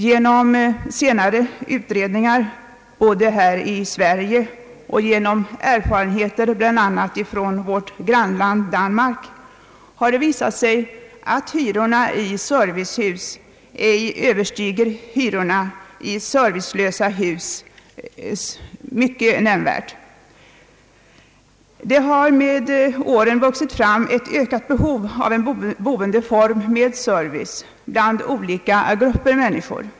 Genom senare utredningar även här i Sverige och genom erfarenheter bl.a. från vårt grannland Danmark har det blivit klart att hyrorna i servicehus inte nämnvärt överstiger hyrorna i servicelösa hus. Med åren har bland olika grupper människor vuxit fram ett ökat behov av en boendeform med service.